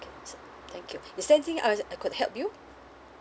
okay thank you is there anything else I could help you